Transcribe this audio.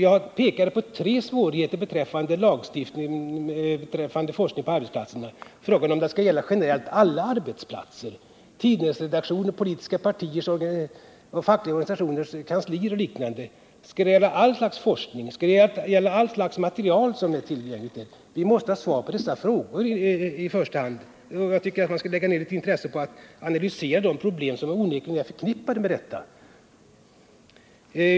Jag pekade på tre svårigheter med en lagstiftning beträffande forskning på arbetsplatserna: om det generellt skall gälla alla arbetsplatser — även tidningsredaktioner, politiska partiers och fackliga organisationers kanslier och liknande —, om det skall gälla allt slags forskning och om det skall gälla allt slags material som är tillgängligt. Vi måste i första hand ha svar på dessa frågor. Och jag tycker att man borde lägga ner litet intresse på att analysera de problem som onekligen är förknippade med detta.